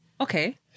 Okay